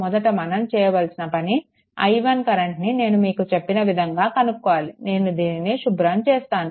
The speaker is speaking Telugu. మొదట మనం చేయవలసిన పని i1 కరెంట్ని నేను మీకు చెప్పిన విధంగా కనుక్కోవాలి నేను దీన్ని శుభ్రం చేస్తాను